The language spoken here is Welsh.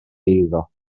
eiddo